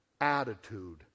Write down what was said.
Attitude